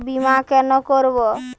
বিমা কেন করব?